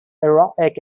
erotic